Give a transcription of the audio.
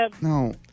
No